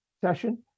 session